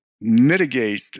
mitigate